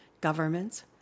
governments